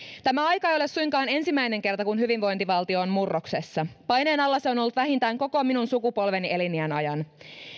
tämä aika ei ole suinkaan ensimmäinen kerta kun hyvinvointivaltio on murroksessa paineen alla se on ollut vähintään koko minun sukupolveni eliniän ajan